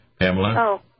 Pamela